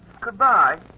Goodbye